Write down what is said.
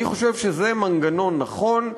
אני חושב שזה מנגנון נכון.